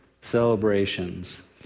celebrations